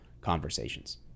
conversations